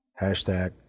hashtag